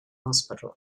hospital